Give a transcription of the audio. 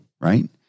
right